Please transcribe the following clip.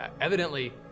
Evidently